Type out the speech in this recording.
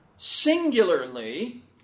Singularly